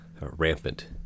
rampant